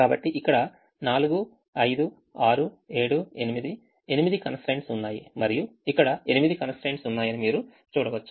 కాబట్టి ఇక్కడ 4 5 6 7 8 8 constraints ఉన్నాయి మరియు ఇక్కడ 8 constraints ఉన్నాయని మీరు చూడవచ్చు